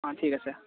অঁ ঠিক আছে